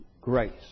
grace